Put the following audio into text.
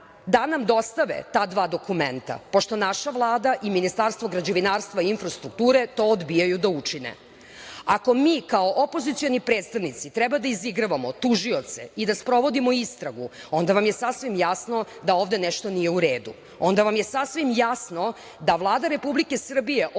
da nam dostave ta dva dokumenta, pošto naša Vlada i Ministarstvo građevinarstva i infrastrukture, to odbijaju da učine. Ako mi kao opozicioni predstavnici treba da izigravamo tužioce i da sprovodimo istragu, onda vam je sasvim jasno da ovde nešto nije u redu. Onda je sasvim jasno da Vlada Republike Srbije